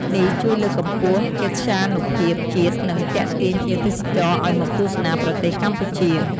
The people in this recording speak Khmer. នេះជួយលើកកម្ពស់កិត្យានុភាពជាតិ និងទាក់ទាញភ្ញៀវទេសចរឱ្យមកទស្សនាប្រទេសកម្ពុជា។